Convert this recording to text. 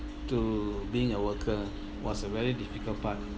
to being a worker was a very difficult path